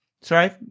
Sorry